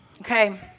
Okay